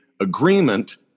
agreement